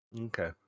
Okay